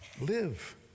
live